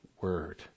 word